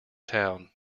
town